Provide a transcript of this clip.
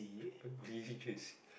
V_J_C